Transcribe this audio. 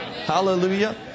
Hallelujah